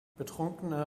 betrunkene